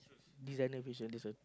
designer fashion this one